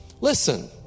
listen